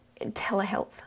telehealth